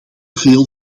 veel